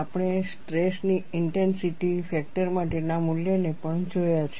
આપણે સ્ટ્રેસની intensity factor માટેના મૂલ્યને પણ જોયા છે